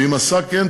ואם עשה כן,